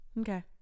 Okay